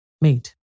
Mate